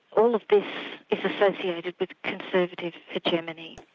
all of this is associated with conservative hegemony.